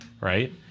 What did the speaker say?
right